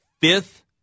fifth